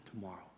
tomorrow